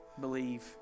believe